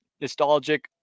nostalgic